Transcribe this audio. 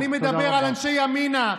אני מדבר על אנשי ימינה,